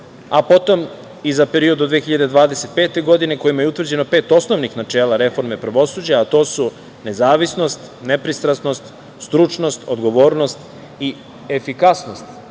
a potom i za period od 2025. godine, kojima je utvrđeno pet osnovnih načela reforme pravosuđa, a to su nezavisnost, nepristrasnost, stručnost, odgovornost i efikasnost